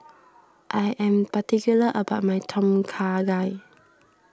I am particular about my Tom Kha Gai